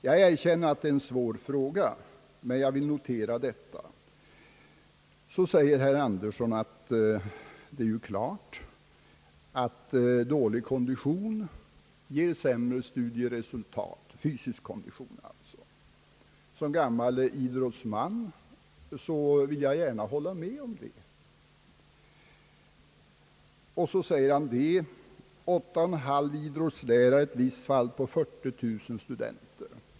Jag erkänner att det är en svår fråga, men jag vill notera detta problem. Herr Andersson säger att en dålig fysisk kondition ger sämre studieresultat. Som gammal idrottsman håller jag gärna med om det. Han framhåller att det blott finns åtta och en halv idrottslärare på 40 000 studenter.